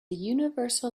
universal